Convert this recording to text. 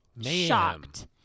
shocked